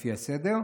לפי הסדר.